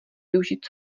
využít